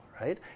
right